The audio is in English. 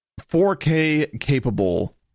4K-capable